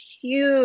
huge